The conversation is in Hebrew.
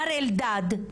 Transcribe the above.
מר אלדד,